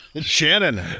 Shannon